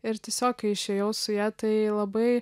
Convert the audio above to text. ir tiesiog išėjau su ja tai labai